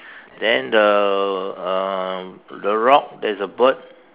then the uh the rock there's a bird